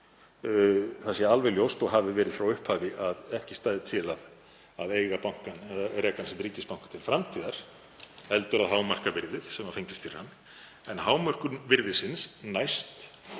það sé alveg ljóst og hafi verið frá upphafi að ekki stæði til að eiga bankann eða reka hann sem ríkisbanka til framtíðar heldur að hámarka virðið sem fengist fyrir hann. En hámörkun virðisins næst